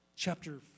chapter